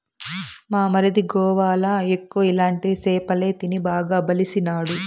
మా మరిది గోవాల ఎక్కువ ఇలాంటి సేపలే తిని బాగా బలిసినాడు